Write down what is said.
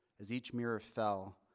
as each mirror fell,